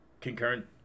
concurrent